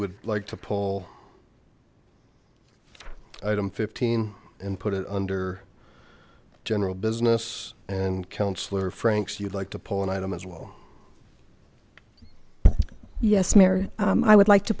would like to pull item fifteen and put it under general business and councillor frank's you'd like to pull an item as well yes mary i would like to